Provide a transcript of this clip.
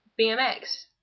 BMX